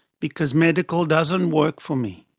because medical doesn't work for me.